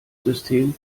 system